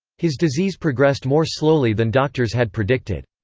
his disease progressed more slowly than doctors had predicted.